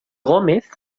gómez